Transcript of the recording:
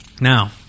Now